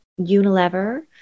Unilever